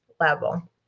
level